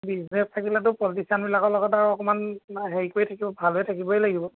business থাকিলেতো politician বিলাকৰ লগত আৰু অকণমান আপোনাৰ হেৰি কৰি থাকিব ভালে থাকিবই লাগিব